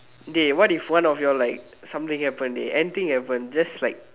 dey what if one of you all like something happen dey anything happen just like